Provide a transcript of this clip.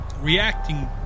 reacting